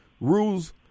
rules